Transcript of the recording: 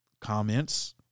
comments